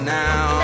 now